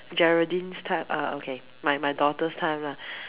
Geraldine's time uh okay my my daughter's time lah